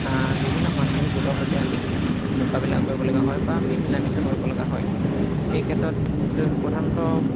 বিভিন্ন সাংস্কৃতিক গোটৰ সৈতে আমি মোকাবিলা কৰিব লগা হয় বা আমি মিলা মিছা কৰিব লগা হয় এই ক্ষেত্ৰত প্ৰধানত